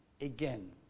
again